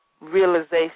realization